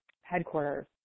headquarters